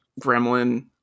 gremlin